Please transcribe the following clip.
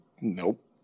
nope